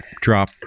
drop